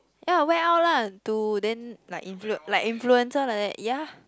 ya I wear out lah to then like influence like influencer like that ya